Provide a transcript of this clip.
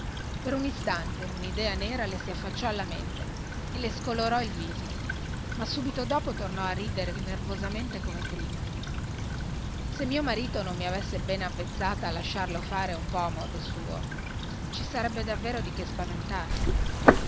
per un istante unidea nera le si affacciò alla mente e le scolorò il viso ma subito dopo tornò a ridere nervosamente come prima se mio marito non mi avesse ben avvezzata a lasciarlo fare un po a suo modo ci sarebbe davvero di che spaventarsi